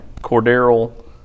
Cordero